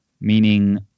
meaning